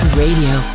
radio